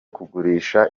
kugurisha